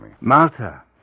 Martha